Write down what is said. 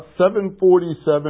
747